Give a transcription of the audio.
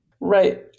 Right